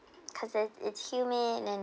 because it t's humid and